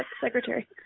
secretary